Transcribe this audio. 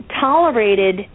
tolerated